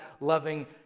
loving